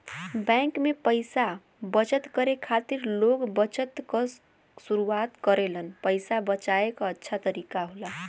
bank में पइसा बचत करे खातिर लोग बचत खाता क शुरआत करलन पइसा बचाये क अच्छा तरीका होला